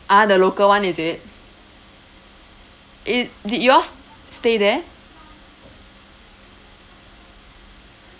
ah the local one is it it did yours stay there